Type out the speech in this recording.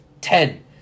ten